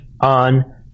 on